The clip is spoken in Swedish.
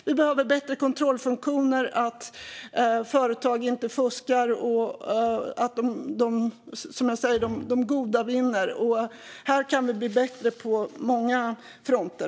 Vi behöver bättre kontrollfunktioner så att företag inte fuskar och så att de goda vinner. Här kan vi bli bättre på många fronter.